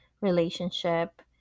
relationship